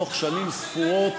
היא בתוך שנים ספורות